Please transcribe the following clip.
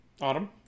Autumn